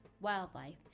wildlife